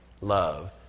love